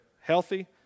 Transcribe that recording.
healthy